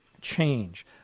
change